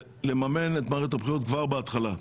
לממן את מערכת הבחירות כבר בהתחלה.